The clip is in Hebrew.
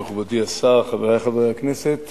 תודה, מכובדי השר, חברי חברי הכנסת